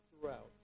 throughout